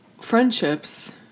friendships